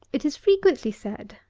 it is frequently said,